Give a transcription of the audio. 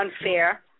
unfair